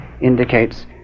indicates